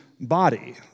body